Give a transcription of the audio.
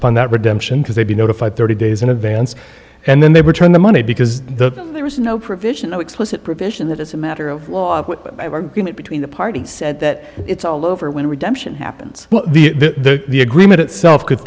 upon that redemption because they'd be notified thirty days in advance and then they return the money because there is no provision no explicit provision that is a matter of law between the parties that it's all over when redemption happens the the the agreement itself could